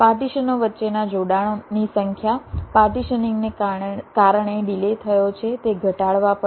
પાર્ટીશનો વચ્ચેના જોડાણની સંખ્યા પાર્ટીશનીંગને કારણે ડિલે થયો છે તે ઘટાડવા પડશે